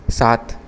সাত